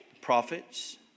Prophets